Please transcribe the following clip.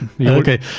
Okay